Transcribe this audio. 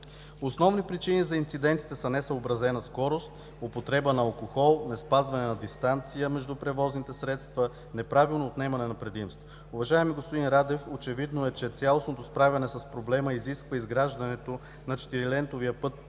Основни причини за инцидентите са несъобразена скорост, употреба на алкохол, неспазване на дистанция между превозните средства, неправилно отнемане на предимство. Уважаеми господин Радев, очевидно е, че цялостното справяне с проблема изисква изграждането на четирилентовия път